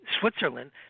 Switzerland